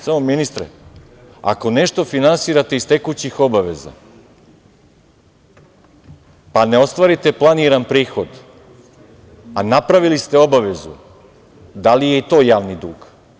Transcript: Samo, ministre, ako nešto finansirate iz tekućih obaveza, pa ne ostvarite planiran prihod, a napravili ste obavezu, da li je i to javni dug?